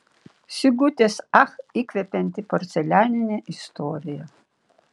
sigutės ach įkvepianti porcelianinė istorija